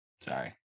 Sorry